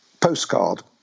postcard